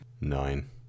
Nine